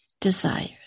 desires